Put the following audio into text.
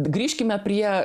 grįžkime prie